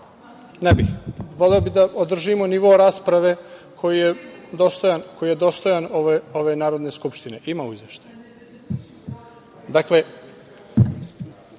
voleo bih da održimo nivo rasprave koji je dostojan ove Narodne skupštine. Ima u izveštaju.(Ana